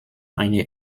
eine